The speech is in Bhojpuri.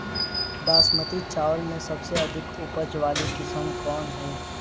बासमती चावल में सबसे अधिक उपज वाली किस्म कौन है?